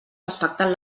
respectant